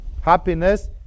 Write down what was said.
Happiness